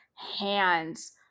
hands